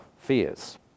fears